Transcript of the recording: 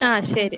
ആ ശരി